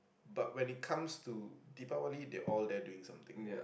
but when it comes to Diwali they are all there doing something